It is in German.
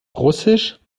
russisch